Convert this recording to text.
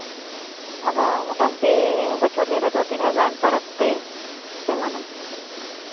ᱟᱫᱚ ᱢᱳᱴᱟᱢᱩᱴᱤ ᱵᱚᱪᱷᱚᱨ ᱫᱤᱱ ᱨᱮᱫᱚ ᱛᱤᱱᱟᱹᱜ ᱜᱟᱱ ᱯᱚᱨᱚᱵᱽ ᱯᱮ ᱢᱟᱱᱟᱣᱟ